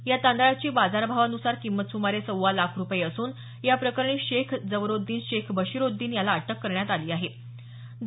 या तांदळाची बाजारभावानुसार किंमत सुमारे सव्वा लाख रुपये असून या प्रकरणी शेख जवरोद्दीन शेख बशीरोद्दीन याला ताब्यात घेतलं आहे